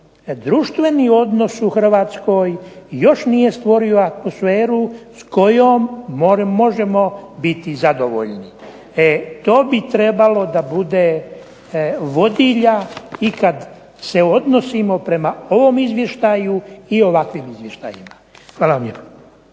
društveni odnos u Hrvatskoj još nije stvorio atmosferu s kojom možemo biti zadovoljni. To bi trebalo da bude vodilja i kada se odnosimo prema ovom izvještaju i ovakvim izvještajima. Hvala.